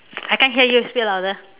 I can't hear you speak louder